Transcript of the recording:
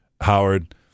Howard